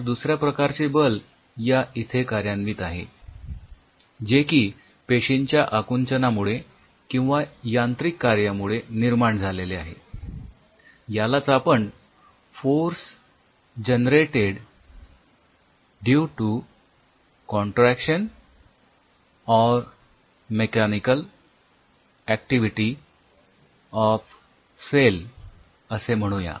तर दुसऱ्या प्रकारचे बल या इथे कार्यान्वित आहे जे की पेशींच्या आकुंचनामुळे किंवा यांत्रिक कार्यामुळे निर्माण झाले आहे यालाच आपण force generated due to contraction or mechanical activity of cell असे म्हणूया